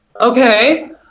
Okay